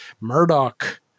Murdoch